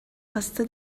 хаста